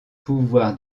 pouvoirs